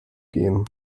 gehen